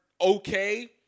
okay